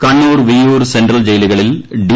Kannur Viyyur central ജയ്യിലുകളിൽ D